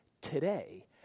today